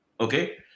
Okay